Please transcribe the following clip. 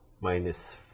minus